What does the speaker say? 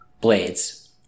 Blades